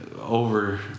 over